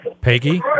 Peggy